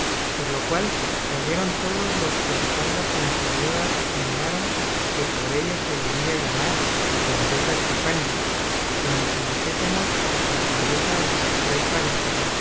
por lo cual cayeron todos los que la falda puntiaguda miraron que por ella se debía llamar la condesa trifaldi como si dijésemos la condesa de las tres faldas